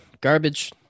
garbage